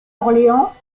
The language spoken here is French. orléans